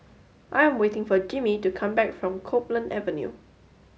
I am waiting for Jimmy to come back from Copeland Avenue